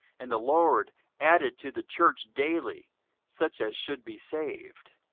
and the lord added to the church daily such as should be saved.